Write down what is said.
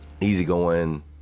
easygoing